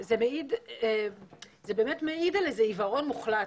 זה באמת מעיד על איזה עיוורון מוחלט,